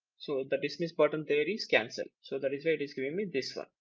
so the dismiss button there is cancel. so that is why it is giving me this one.